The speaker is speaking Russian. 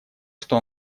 что